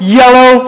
yellow